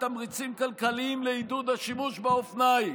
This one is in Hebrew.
תמריצים כלכליים לעידוד השימוש באופניים".